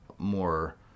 more